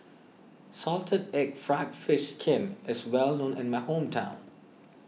Salted Egg Fried Fish Skin is well known in my hometown